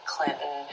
Clinton